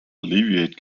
alleviate